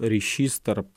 ryšys tarp